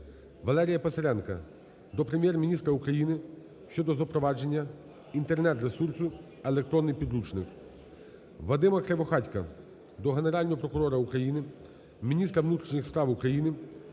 Валерія Писаренка до Прем'єр-міністра України щодо запровадження Інтернет - ресурсу "Електронний підручник". Вадима Кривохатька до Генерального прокурора України, міністра внутрішніх справ України